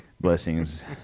Blessings